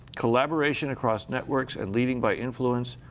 collaboration across networks and leading by influence,